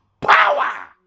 power